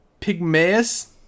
pygmaeus